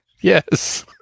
Yes